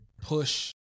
push